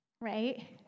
right